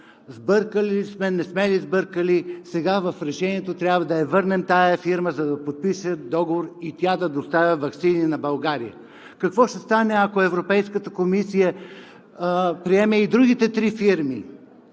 Сбъркали ли сме, не сме ли сбъркали сега в решението – трябва да я върнем тази фирма, за да подпишем договор и тя да доставя ваксини на България. Какво ще стане, ако Европейската комисия приеме и другите три фирми,